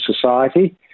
society